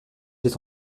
être